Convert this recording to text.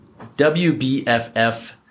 WBFF